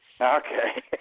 Okay